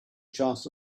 chance